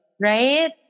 Right